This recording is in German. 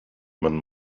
man